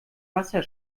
wasser